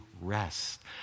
rest